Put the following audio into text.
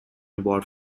award